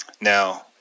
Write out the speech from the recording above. Now